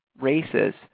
races